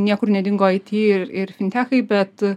niekur nedingo aity ir ir fintechai bet